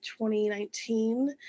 2019